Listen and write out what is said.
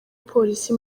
polisi